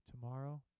tomorrow